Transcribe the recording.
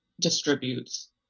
distributes